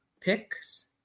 picks